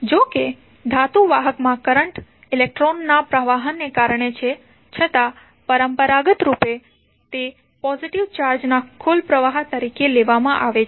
જો કે ધાતુ વાહક માં કરંટ ઇલેક્ટ્રોનના પ્રવાહને કારણે છે છતાં પરંપરાગત રૂપે તે પોઝિટિવ ચાર્જના કુલ પ્રવાહ તરીકે લેવામાં આવે છે